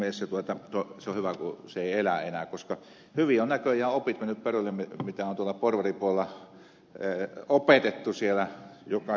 siinä mielessä on hyvä kun se ei elä enää koska hyvin ovat näköjään opit menneet perille mitä on tuolla porvaripuolella opetettu jokaiselle puhujalle